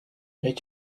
eight